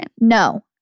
No